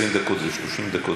20 דקות ו-30 דקות,